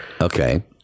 Okay